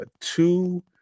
two